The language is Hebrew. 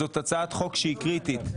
זו הצעת חוק קריטית.